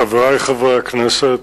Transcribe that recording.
חברי חברי הכנסת,